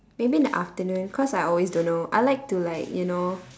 maybe in the afternoon cause I always don't know I like to like you know